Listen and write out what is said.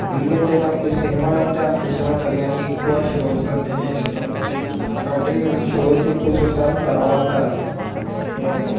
ఎందుకంటే నాకు సినిమా అంటే అంత ఇష్టం ఉండదు కానీ ఎక్కువ షోస్ అంటే ఇష్టం కాబట్టి నేను షోస్ ఎక్కువ చూస్తాను తర్వాత నేను